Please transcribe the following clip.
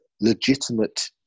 legitimate